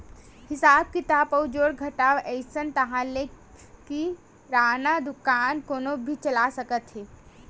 हिसाब किताब अउ जोड़ घटाव अइस ताहाँले किराना दुकान कोनो भी चला सकत हे